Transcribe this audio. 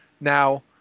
Now